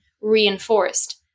reinforced